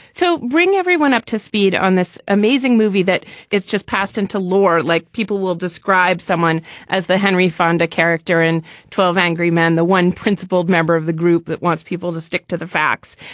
so bring everyone up to speed on this amazing movie that it's just passed into law. like people will describe someone as the henry fonda character in twelve angry men the one principled member of the group that wants people to stick to the facts.